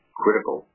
critical